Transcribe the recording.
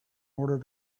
order